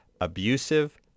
abusive